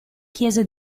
chiesa